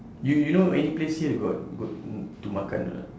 you you know any place here got got to makan or not